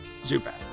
Zubat